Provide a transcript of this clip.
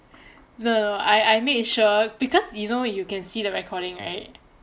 the I I made sure because you know you can see the recording right